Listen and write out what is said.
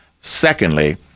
Secondly